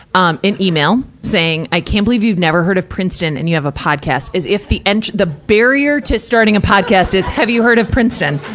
um, an email, saying, i can't believe you've never heard of princeton, and you have a podcast. as if the en, the barrier to starting a podcast is, have you heard of princeton.